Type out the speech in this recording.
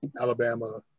Alabama